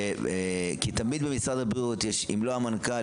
כי תמיד במשרד הבריאות אם לא המנכ"ל,